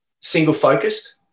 single-focused